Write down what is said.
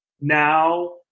now